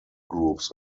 groups